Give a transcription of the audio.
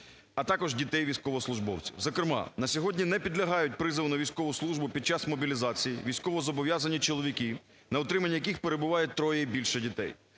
а також дітей військовослужбовців. Зокрема, на сьогодні не підлягають призову на військову службу під час мобілізації військовозобов'язані чоловіки, на утриманні яких перебуває троє і більше дітей,